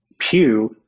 pew